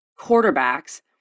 quarterbacks